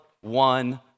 one